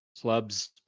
club's